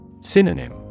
Synonym